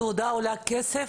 התעודה עולה כסף?